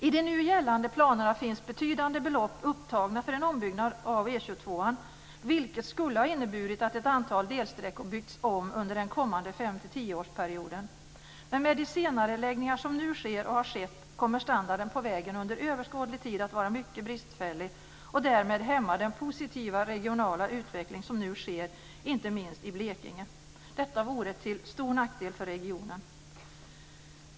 I de nu gällande planerna finns betydande belopp upptagna för en ombyggnad av E 22:an, vilket skulle ha inneburit att ett antal delsträckor byggts om under den kommande 5-10-årsperioden. Men med de senareläggningar som nu sker och har skett kommer standarden på vägen under överskådlig tid att vara mycket bristfällig och därmed hämma den positiva regionala utveckling som nu sker inte minst i Blekinge. Detta vore stor till nackdel för regionen.